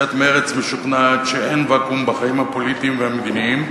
סיעת מרצ משוכנעת שאין ואקום בחיים הפוליטיים והמדיניים,